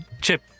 chip